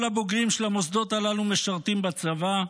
כל הבוגרים של המוסדות הללו משרתים בצבא,